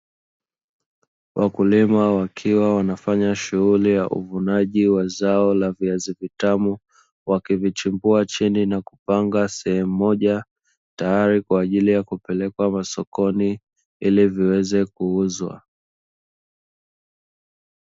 Wakulima wakiwa wanafanya shughuli ya uvunaji wa zao la viazi vitamu, wakivichukua chini na kupanga sehemu moja tayari kwa ajili ya kupelekwa masokoni ili viweze kuuzwa.